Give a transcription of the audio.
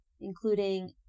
including